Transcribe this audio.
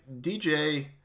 DJ